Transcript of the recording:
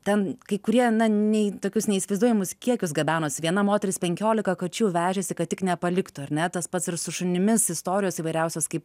ten kai kurie nei tokius neįsivaizduojamus kiekius gabenosi viena moteris penkiolika kačių vežėsi kad tik nepaliktų ar ne tas pats ir su šunimis istorijos įvairiausios kaip